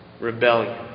rebellion